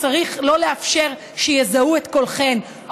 צריך לא לאפשר שיזהו את קולכן,